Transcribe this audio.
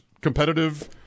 competitive